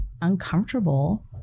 uncomfortable